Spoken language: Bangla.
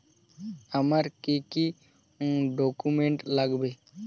আমার কি কি ডকুমেন্ট লাগবে?